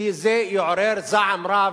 כי זה יעורר זעם רב,